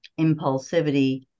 impulsivity